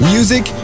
Music